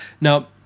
now